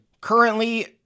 Currently